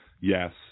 yes